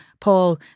Paul